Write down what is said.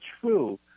true